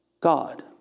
God